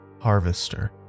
Harvester